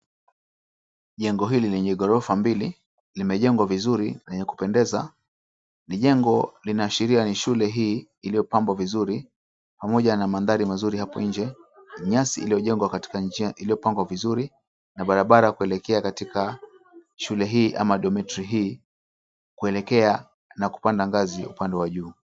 Jengo hili lenye ghorofa mbili limejengwa vizuri lenye kupendeza. Ni jengo linaashiria ni shule hii iliopambwa vizuri pamoja na mandhari mazuri. Hapo nje ni nyasi iliojengwa katika njia iliopambwa vizuri na barabara kuelekea katika shule hii ama dormitory hii kuelekea na kupanda ngazi upande wa juu.